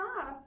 off